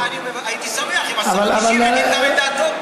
לא, אני הייתי שמח אם השר המשיב יגיד גם את דעתו.